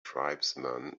tribesmen